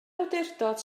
awdurdod